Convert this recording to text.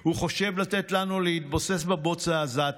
הוא חושב לתת לנו להתבוסס בבוץ העזתי